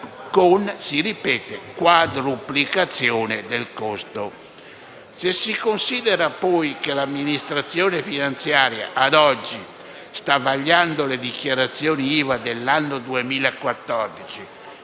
con quadruplicazione del costo. Se si considera, poi, che l'amministrazione finanziaria, ad oggi, sta vagliando le dichiarazioni IVA dell'anno 2014,